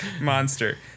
monster